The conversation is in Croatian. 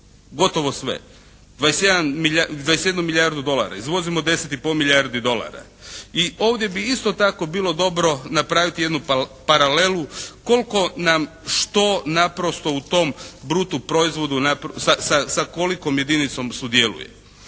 Gotovo sve. 21 milijardu dolara, izvozimo 10 i pol milijardi dolara. I ovdje bi isto tako bilo dobro napraviti jednu paralelu koliko nam što naprosto u tom brutu proizvodu sa kolikom jedinicom sudjeluje.